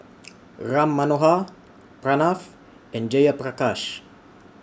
Ram Manohar Pranav and Jayaprakash